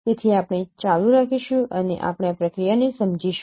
તેથી આપણે ચાલુ રાખીશું અને આપણે આ પ્રક્રિયાને સમજીશું